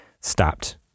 stopped